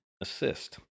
assist